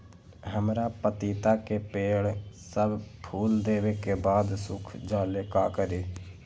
हमरा पतिता के पेड़ सब फुल देबे के बाद सुख जाले का करी?